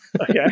Okay